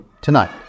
tonight